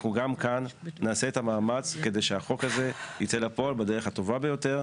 אנחנו גם כאן נעשה את המאמץ כדי שהחוק הזה ייצא לפועל בדרך הטובה ביותר,